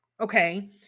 okay